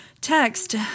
text